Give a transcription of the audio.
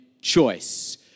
choice